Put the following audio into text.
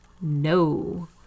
No